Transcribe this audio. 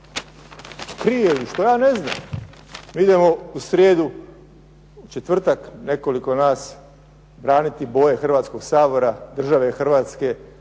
krije ili što ja ne znam. Idemo u srijedu, četvrtak nekoliko nas braniti boje Hrvatskog sabora, države Hrvatske